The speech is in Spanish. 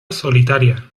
solitaria